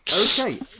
Okay